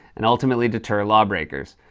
and ultimately deter law breakers.